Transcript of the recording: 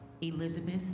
Elizabeth